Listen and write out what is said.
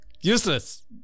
Useless